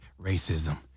racism